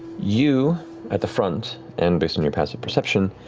you at the front and based on your passive perception,